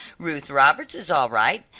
ruth roberts is all right,